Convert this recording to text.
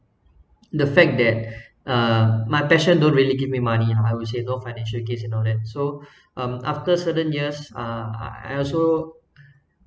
the fact that uh my passion don't really give me money lah I would say no financial gains and all that so uh after certain years ah I I also